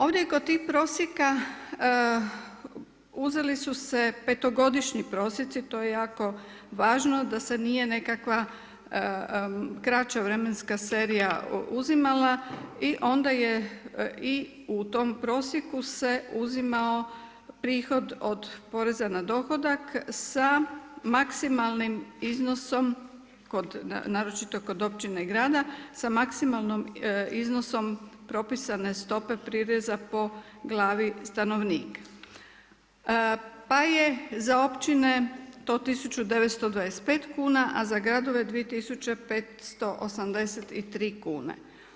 Ovdje kod tih prosjeka uzeli su se petogodišnji prosjeci, to je jako važno da se nije nekakva kraća vremenska serija uzimala i onda je i u tom prosjeku se uzimao prihod od poreza na dohodak sa maksimalnim iznosom, naročito kod općina i grada, sa maksimalnim iznosom propisane stope prireza po glavi stanovnika, pa je za općine to 1925 kuna, a za gradove 2583 kune.